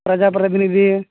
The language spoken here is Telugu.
ప్రజాప్రతినిధి